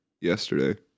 yesterday